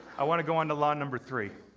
i want to go on to law number three